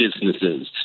businesses